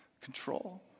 control